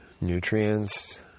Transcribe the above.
nutrients